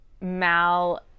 Mal